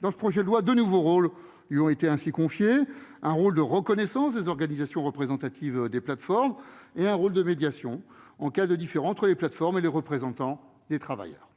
Dans ce projet de loi, deux nouveaux rôles lui ont ainsi été confiés : un rôle de reconnaissance des organisations représentatives des plateformes et un rôle de médiation en cas de différends entre les plateformes et les représentants des travailleurs.